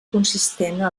consistent